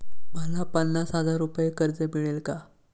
मला पन्नास हजार रुपये कर्ज मिळेल का?